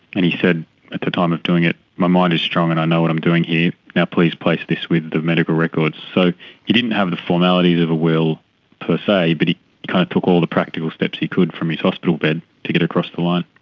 and he said at the time of doing it, my mind is strong and i know what i'm doing here. now please place this with the medical records. so he didn't have the formalities of a will per se but he kind of took all the practical steps he could from his hospital bed to get across the line.